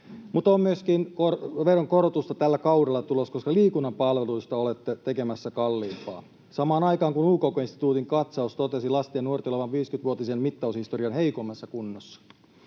Mutta on myöskin veronkorotusta tällä kaudella tulossa, koska liikunnan palveluista olette tekemässä kalliimpia, samaan aikaan kun UKK-instituutin katsaus totesi lasten ja nuorten olevan 50-vuotisen mittaushistorian heikoimmassa kunnossa.